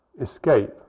escape